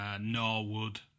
Norwood